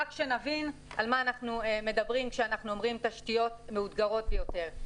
רק שנבין על מה אנחנו מדברים כשאנחנו אומרים תשתיות מאותגרות ביותר.